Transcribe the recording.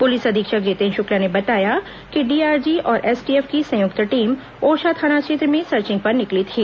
police अधीक्षक जितेन्द्र शुक्ला ने बताया कि डीआरजी और एसटीएफ की संयुक्त टीम ओरछा थाना क्षेत्र में सर्विंग पर निकली थी